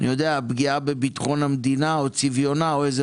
כמו פגיעה בביטחון המדינה או בצביונה או איזה